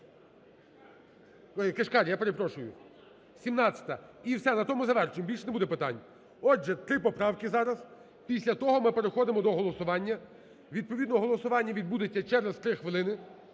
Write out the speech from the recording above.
Кишкар, я перепрошую. 17-а. І все, на тому завершуємо, більше не буде питань. Отже, три поправки зараз, після того ми переходимо до голосування. Відповідно голосування відбудеться через три хвилини.